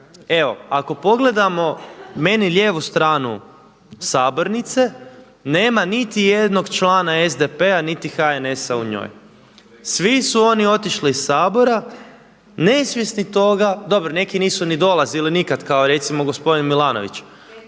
evo ako pogledamo meni lijevu stranu sabornice, nema niti jednog člana SDP-a niti HNS-a u njoj. Svi su oni otišli iz Sabora nesvjesni toga, dobro neki nisu ni dolazili nikad kao recimo gospodin Milanović,